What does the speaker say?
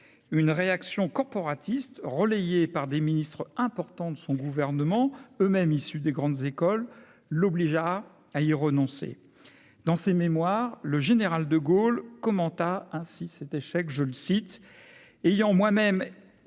une réaction corporatiste, relayé par des ministres importants de son gouvernement eux-mêmes issus des grandes écoles l'obligea à y renoncer, dans ses mémoires, le général de Gaulle, commenta ainsi cet échec, je le cite, ayant moi-même